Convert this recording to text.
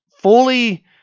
fully